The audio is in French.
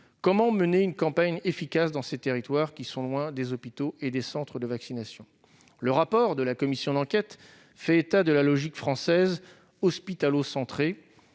Comment mener une campagne efficace dans ces territoires qui sont loin des hôpitaux et des centres de vaccination ? Le rapport de la commission d'enquête fait état d'une logique française hospitalo-centrée